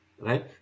Right